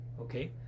Okay